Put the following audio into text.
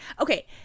okay